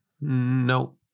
No